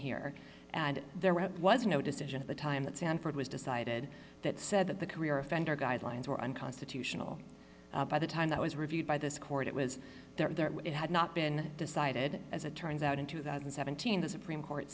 here and there was no decision at the time that sanford was decided that said that the career offender guidelines were unconstitutional by the time that was reviewed by this court it was there it had not been decided as it turns out in two thousand and seventeen the supreme court